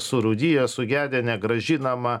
surūdiję sugedę negrąžinama